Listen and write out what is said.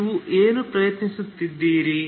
ನೀವು ಏನು ಪ್ರಯತ್ನಿಸುತ್ತಿದ್ದೀರಿ